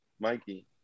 Mikey